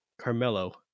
Carmelo